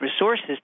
resources